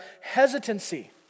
hesitancy